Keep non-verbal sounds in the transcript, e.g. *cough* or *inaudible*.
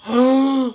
*noise*